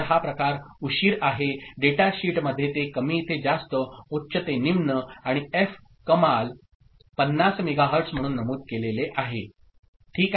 तर हा प्रसार उशीर आहे डेटा शीटमध्ये ते कमी ते जास्त उच्च ते निम्न आणि एफ कमाल 50 मेगाहर्ट्ज म्हणून नमूद केलेले आहे ओके